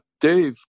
Dave